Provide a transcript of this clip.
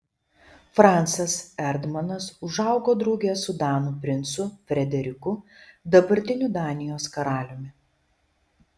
francas erdmanas užaugo drauge su danų princu frederiku dabartiniu danijos karaliumi